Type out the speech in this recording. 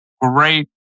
Great